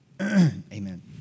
amen